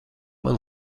man